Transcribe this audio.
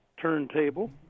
turntable